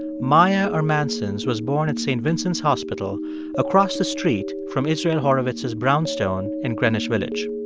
maia ermansons was born at st. vincent's hospital across the street from israel horovitz's brownstone in greenwich village.